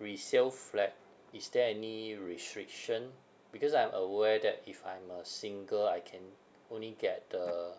resale flat is there any restriction because I'm aware that if I'm a single I can only get the